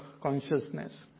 consciousness